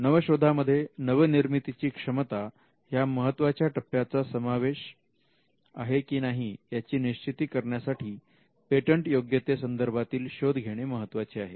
नवशोधामध्ये नवनिर्मितीची क्षमता ह्या महत्त्वाच्या टप्प्याचा चा समावेश आहे की नाही याची निश्चिती करण्यासाठी पेटंटयोग्यते संदर्भातील शोध घेणे महत्त्वाचे आहे